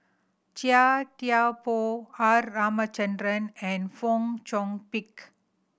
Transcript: Chia Thye Poh R Ramachandran and Fong Chong Pik